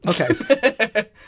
Okay